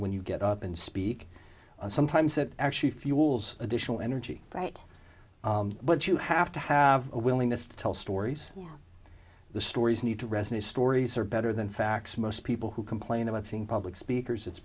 when you get up and speak and sometimes that actually fuels additional energy right but you have to have a willingness to tell stories the stories need to resonate stories are better than facts most people who complain about seeing public speakers it's